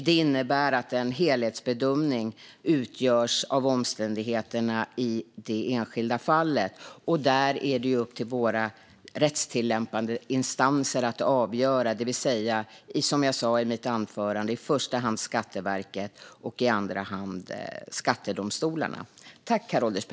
Det innebär att en helhetsbedömning görs av omständigheterna i det enskilda fallet. Där är det upp till våra rättstillämpande instanser att avgöra. Som jag sa i mitt svar är det i första hand Skatteverket och i andra hand skattedomstolarna.